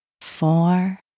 Four